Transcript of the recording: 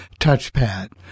touchpad